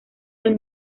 del